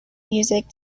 music